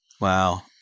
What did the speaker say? Wow